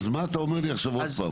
אז מה אתה אומר לי עכשיו עוד פעם?